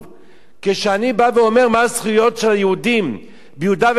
כשאני בא ואומר מה הזכויות של היהודים ביהודה ושומרון,